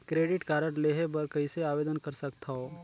Credit card लेहे बर कइसे आवेदन कर सकथव?